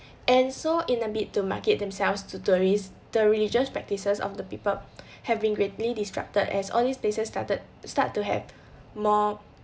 and so in a bid to market themselves to tourists the religious practices of the people having greatly disrupted as all these spaces started start to have more